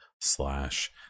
slash